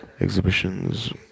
exhibitions